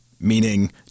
meaning